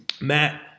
Matt